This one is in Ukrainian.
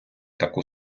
таку